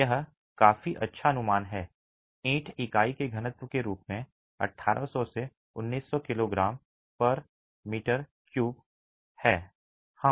यह काफी अच्छा अनुमान है ईंट इकाई के घनत्व के रूप में 1800 से 1900 किग्रा एम 3 है